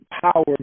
power